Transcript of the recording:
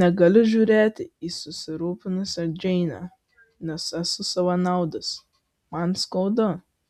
negaliu žiūrėti į susirūpinusią džeinę nes esu savanaudis man skaudu